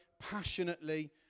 passionately